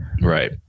Right